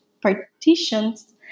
partitions